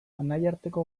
anaiarteko